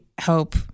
hope